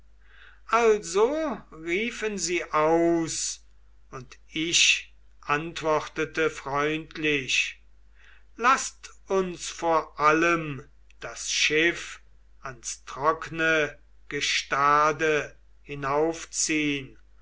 also riefen sie aus und ich antwortete freundlich laßt uns vor allem das schiff ans trockne gestade